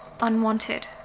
Unwanted